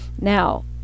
Now